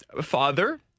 father